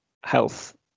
health